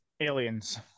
Aliens